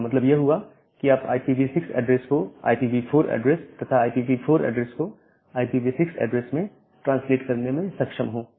इसका मतलब यह हुआ कि आप IPv6 एड्रेस को IPv4 एड्रेस तथा IPv4 एड्रेस को IPv6 एड्रेस में ट्रांसलेट करने में सक्षम हो